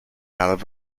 out